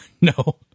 No